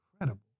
Incredible